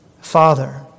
Father